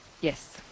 Yes